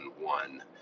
one